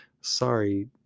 sorry